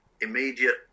Immediate